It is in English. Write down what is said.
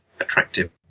attractive